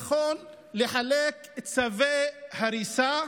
לחלק צווי הריסה.